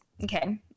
Okay